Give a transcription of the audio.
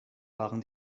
waren